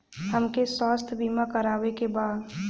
हमके स्वास्थ्य बीमा करावे के बा?